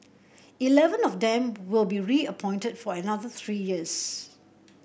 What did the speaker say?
eleven of them will be reappointed for another three years